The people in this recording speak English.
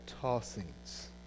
tossings